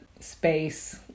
space